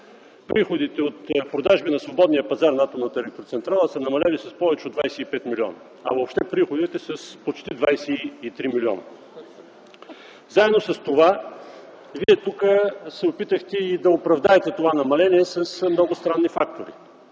приходите от продажби на свободния пазар на атомната електроцентрала са намалели с повече от 25 млн. лв., а въобще приходите – с почти 23 млн. лв. Заедно с това Вие тук се опитахте да оправдаете това намаление с много странни факти.